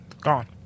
gone